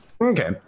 Okay